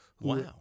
Wow